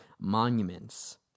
monuments